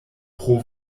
pro